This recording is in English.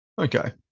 Okay